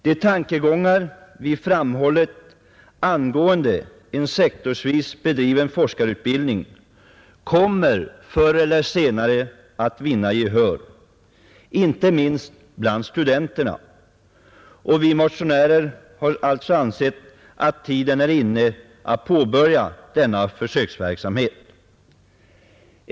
De tankegångar vi framhållit angående en sektorsvis bedriven forskarutbildning kommer förr eller senare att vinna gehör, inte minst bland studenterna. Vi motionärer har alltså ansett att tiden är inne att påbörja denna försöksverksamhet.